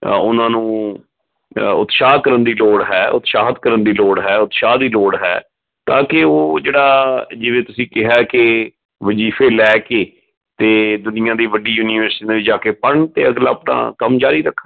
ਉਹਨਾਂ ਨੂੰ ਉਤਸ਼ਾਹ ਕਰਨ ਦੀ ਲੋੜ ਹੈ ਉਤਸ਼ਾਹਿਤ ਕਰਨ ਦੀ ਲੋੜ ਹੈ ਉਤਸ਼ਾਹ ਦੀ ਲੋੜ ਹੈ ਤਾਂ ਕਿ ਉਹ ਜਿਹੜਾ ਜਿਵੇਂ ਤੁਸੀਂ ਕਿਹਾ ਕਿ ਵਜ਼ੀਫੇ ਲੈ ਕੇ ਅਤੇ ਦੁਨੀਆਂ ਦੀ ਵੱਡੀ ਯੂਨੀਵਰਸਿਟੀ ਦੇ ਵਿੱਚ ਜਾ ਕੇ ਪੜ੍ਹਨ ਅਤੇ ਅਗਲਾ ਤਾਂ ਕੰਮ ਜਾਰੀ ਰੱਖਣ